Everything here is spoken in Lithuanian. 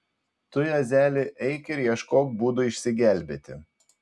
tu juozeli eik ir ieškok būdų išsigelbėti